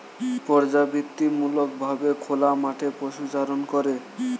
পর্যাবৃত্তিমূলক ভাবে খোলা মাঠে পশুচারণ করে